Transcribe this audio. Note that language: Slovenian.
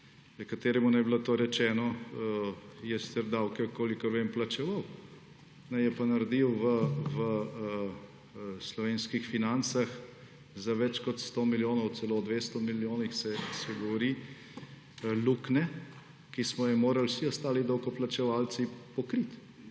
kateremu naj bi bilo to rečeno, je sicer davke, kolikor vem, plačeval, je pa naredil v slovenskih financah za več kot 100 milijonov, celo o 200 milijonih se govori, luknje, ki smo jo morali vsi ostali davkoplačevalci pokriti.